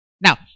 Now